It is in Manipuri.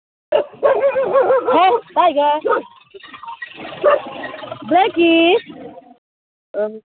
ꯎꯝ